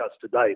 today